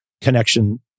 connection